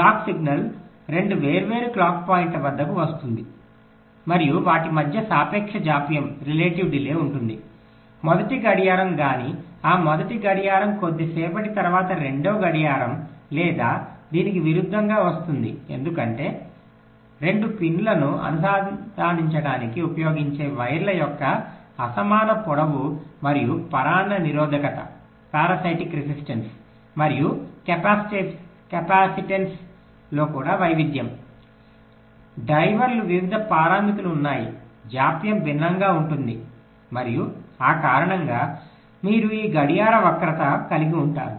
clock signal రెండు వేర్వేరు clock పాయింట్ల వద్దకు వస్తుంది మరియు వాటి మధ్య సాపేక్ష జాప్యం ఉంటుంది మొదటి గడియారం గాని ఈ మొదటి గడియారం కొద్దిసేపటి తరువాత రెండవ గడియారం లేదా దీనికి విరుద్ధంగా వస్తుంది ఎందుకంటే రెండు పిన్లను అనుసంధానించడానికి ఉపయోగించే వైర్ల యొక్క అసమాన పొడవు మరియు పరాన్న నిరోధకత మరియు కెపాసిటెన్స్లలో కూడా వైవిధ్యం డ్రైవర్లు వివిధ పారామితులు ఉన్నాయి జాప్యం భిన్నంగా ఉంటుంది మరియు ఆ కారణంగా మీరు ఈ గడియార వక్రత కలిగి ఉంటారు